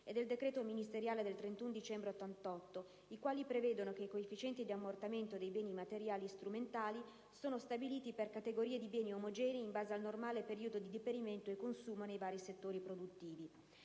e del decreto ministeriale del 31 dicembre 1988 i quali prevedono che i coefficienti di ammortamento dei beni materiali strumentali «sono stabiliti per categorie di beni omogenei in base al normale periodo di deperimento e consumo nei vari settori produttivi».